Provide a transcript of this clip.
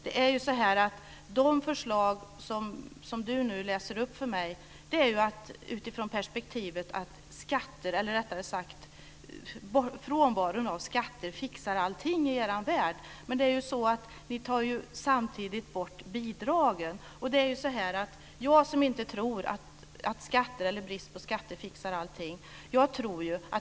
De förslag som Carl Fredrik Graf nu läser upp för mig är utifrån perspektivet att frånvaron av skatter fixar allting i er värld. Men ni tar samtidigt bort bidragen. Jag tror inte att skatter eller brist på skatter fixar allting.